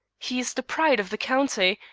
he is the pride of the county,